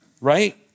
right